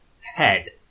head